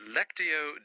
Lectio